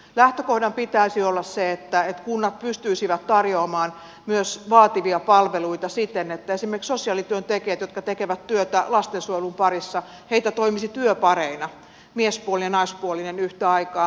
lähtökohdan pitäisi olla se että kunnat pystyisivät tarjoamaan myös vaativia palveluita siten että esimerkiksi sosiaalityöntekijöitä jotka tekevät työtä lastensuojelun parissa toimisi työpareina miespuolinen ja naispuolinen yhtä aikaa